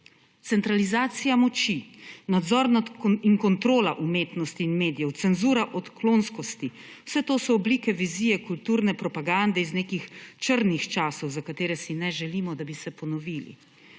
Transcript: Centralizacija moči, nadzor in kontrola umetnosti in medijev, cenzura odklonskosti, vse to so oblike vizije kulturne propagande iz nekih črnih časov, za katere si ne želimo, da bi se ponovili.